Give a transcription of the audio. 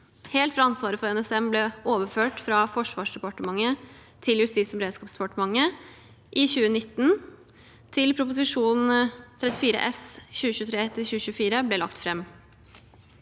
helt fra ansvaret for NSM ble overført fra Forsvarsdepartementet til Justis- og beredskapsdepartementet i 2019, til Prop. 34 S for 2023–2024 ble lagt fram.